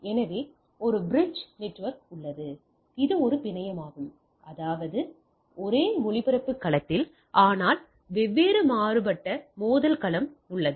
எனவே ஒரு bridge network உள்ளது இது ஒரு பிணையமாகும் அதாவது ஒரே ஒளிபரப்பு களத்தில் ஆனால் வேறுபட்ட மோதல் களம் சரியானது